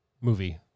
movie